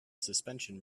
suspension